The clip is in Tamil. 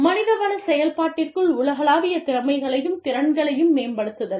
மனிதவள செயல்பாட்டிற்குள் உலகளாவிய திறமைகளையும் திறன்களையும் மேம்படுத்துதல்